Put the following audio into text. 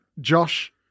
Josh